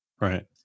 Right